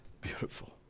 Beautiful